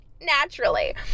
naturally